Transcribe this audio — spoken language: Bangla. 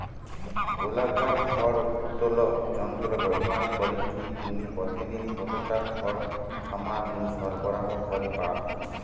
গোলাকার খড় উত্তোলক যন্ত্র ব্যবহার করিকি তুমি প্রতিদিন কতটা খড় খামার নু সরবরাহ করি পার?